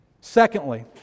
Secondly